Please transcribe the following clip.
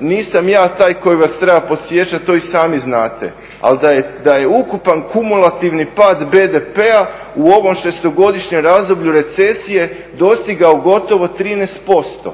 Nisam ja taj koji vas treba podsjećati to i sami znate, ali da je ukupan kumulativni pad BDP-a u ovom šestogodišnjem razdoblju recesije dostigao gotovo 13%.